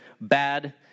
bad